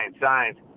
science